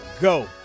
go